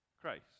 Christ